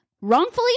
wrongfully